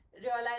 realize